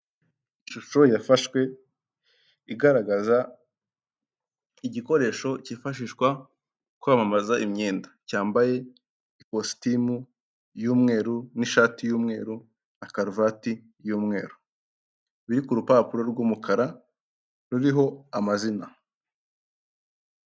Ishusho yafashwe igaragaza igikoresho cyifashishwa kwamamaza imyenda cyambaye ikositimu y'umweru n'ishati y'umweru na karuvati y'umweru, biri ku rupapuro rw'umukara ruriho amazina.